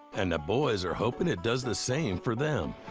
and the boys are hoping it does the same for them.